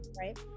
right